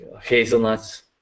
hazelnuts